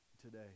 today